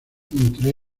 entre